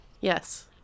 Yes